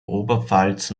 oberpfalz